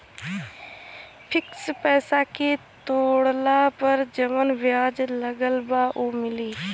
Fix पैसा के तोड़ला पर जवन ब्याज लगल बा उ मिली?